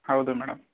ಹೌದು ಮೇಡಮ್